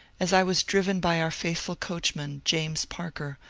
as i was driven by our faithful coachman, james parker,